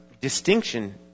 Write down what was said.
distinction